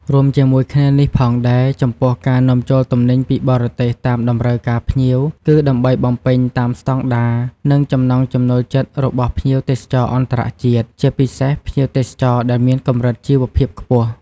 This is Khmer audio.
រួមជាមួយគ្នានេះផងដែរ ចំពោះការនាំចូលទំនិញពីបរទេសតាមតម្រូវការភ្ញៀវ គឺដើម្បីបំពេញតាមស្តង់ដារ និងចំណង់ចំណូលចិត្តរបស់ភ្ញៀវទេសចរអន្តរជាតិ ជាពិសេសភ្ញៀវទេសចរដែលមានកម្រិតជីវភាពខ្ពស់។